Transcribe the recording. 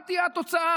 מה תהיה התוצאה,